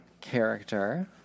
character